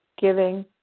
giving